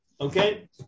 Okay